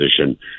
position